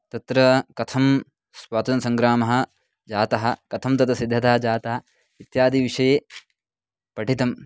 तत्र कथं स्वातन्त्रसङ्ग्रामः जातः कथं तद् सिद्धता जाता इत्यादिविषये पठितम्